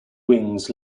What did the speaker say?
wings